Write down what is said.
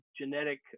genetic